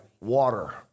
water